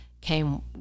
came